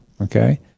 Okay